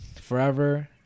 Forever